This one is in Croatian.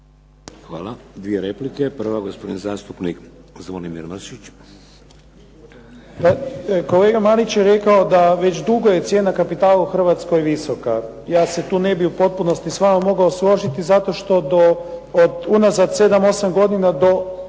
Hvala. Dvije replike. Prva, gospodin zastupnik Zvonimir Mršić. **Mršić, Zvonimir (SDP)** Kolega Marić je rekao da već dugo je cijena kapitala u Hrvatskoj visoka. Ja se tu ne bih u potpunosti s vama mogao složiti zato što do unazad 7, 8 godina do